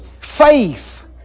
faith